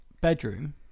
bedroom